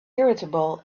irritable